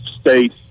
State